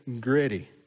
gritty